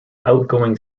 outgoing